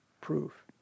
proof